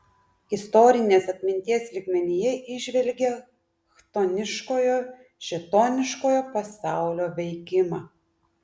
istorinės atminties lygmenyje įžvelgė chtoniškojo šėtoniškojo pasaulio veikimą